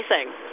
facing